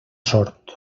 sort